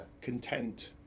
Content